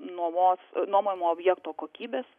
nuomos nuomojamo objekto kokybės